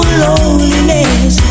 loneliness